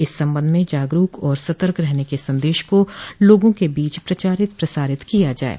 इस संबंध में जागरूक और सतर्क रहने के संदेश को लोगों के बीच प्रचारित प्रसारित किया जाये